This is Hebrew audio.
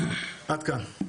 עד כאן.